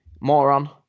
Moron